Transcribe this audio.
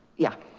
yeah.